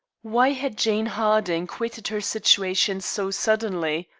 why had jane harding quitted her situation so suddenly?